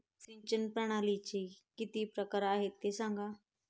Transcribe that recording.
सिंचन प्रणालीचे किती प्रकार आहे ते सांगा